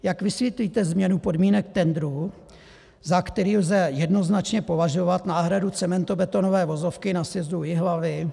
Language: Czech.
Jak vysvětlíte změnu podmínek tendru, za který lze jednoznačně považovat náhradu cementobetonové vozovky na sjezdu u Jihlavy?